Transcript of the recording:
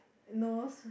no